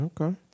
Okay